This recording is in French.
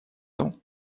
temps